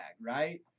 right